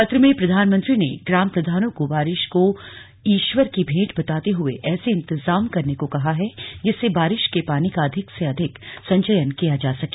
पत्र में प्रधानमंत्री ने ग्राम प्रधानों को बारिश को ईश्वर की भेंट बताते हुए ऐसे इंतजाम करने को कहा है जिससे बारिश के पानी का अधिक से अधिक संचयन किया जा सके